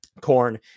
corn